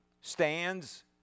stands